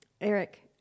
Eric